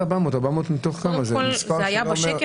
זה היה בשקף.